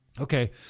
okay